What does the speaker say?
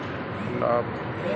लौकी के कई स्वास्थ्य लाभ होते हैं